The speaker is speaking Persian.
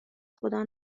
خدا